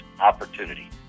opportunity